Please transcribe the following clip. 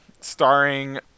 starring